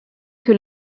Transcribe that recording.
que